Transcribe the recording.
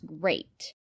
great